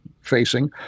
facing